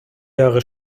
jahre